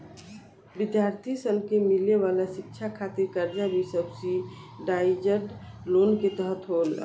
विद्यार्थी सन के मिले वाला शिक्षा खातिर कर्जा भी सब्सिडाइज्ड लोन के तहत आवेला